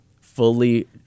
fully